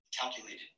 Calculated